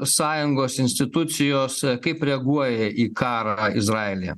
sąjungos institucijos kaip reaguoja į karą izraelyje